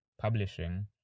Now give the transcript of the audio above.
publishing